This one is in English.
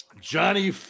Johnny